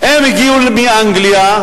הם הגיעו מאנגליה.